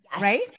right